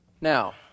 Now